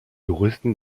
juristen